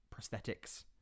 prosthetics